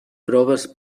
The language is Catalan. proves